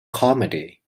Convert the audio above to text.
comedy